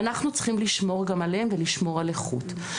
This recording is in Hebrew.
ואנחנו צריכים לשמור גם עליהם ולשמור גם על איכות.